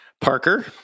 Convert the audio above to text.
Parker